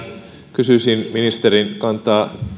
kysyisin ministerin kantaa